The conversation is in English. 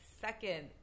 second